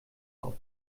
auf